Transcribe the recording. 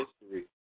history